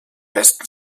besten